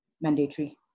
mandatory